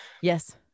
yes